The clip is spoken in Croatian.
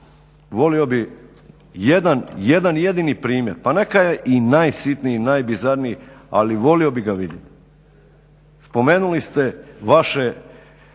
Volio bih jedan jedini primjer pa neka je i najsitniji, najbizarniji ali volio bih ga vidjeti. Spomenuli ste vaše,